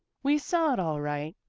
we saw it all right.